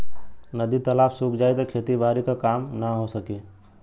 नदी तालाब सुख जाई त खेती बारी क काम ना हो सकी